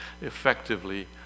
effectively